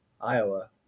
Iowa